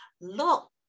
look